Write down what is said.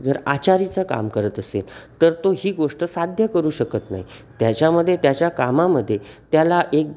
जर आचारीचं काम करत असेल तर तो ही गोष्ट साध्य करू शकत नाही त्याच्यामध्ये त्याच्या कामामध्ये त्याला एक